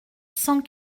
cent